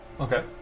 Okay